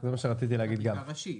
בחקיקה ראשית.